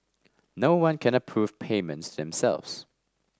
no one can approve payments to themselves